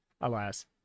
alas